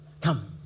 Come